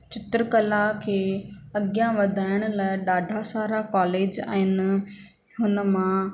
चित्रकला खे अॻियां वधाइण लाइ ॾाढा सारा कॉलेज आहिनि हुन मां